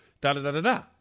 Da-da-da-da-da